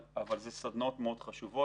אבל אלה סדנאות חשובות מאוד.